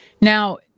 Now